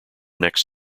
next